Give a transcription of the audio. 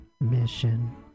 mission